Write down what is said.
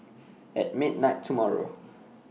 At midnight tomorrow